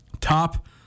top